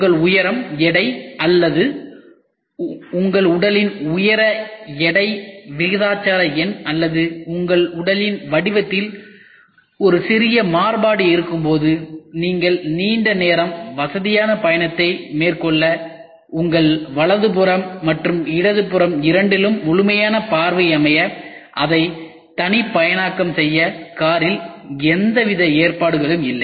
உங்கள் உயரம் எடை அல்லது உங்கள் உடலின் உயர எடை விகிதாச்சார எண் அல்லது உங்கள் உடலின் வடிவத்தில் ஒரு சிறிய மாறுபாடு இருக்கும்போது நீங்கள் நீண்ட நேரம் வசதியான பயணத்தை மேற்கொள்ள உங்கள் வலது புறம் மற்றும் இடது புறம் இரண்டிலும் முழுமையான பார்வை அமைய அதைத் தனிப்பயனாக்கம் செய்ய காரில் எந்தவிதமான ஏற்பாடுகளும் இல்லை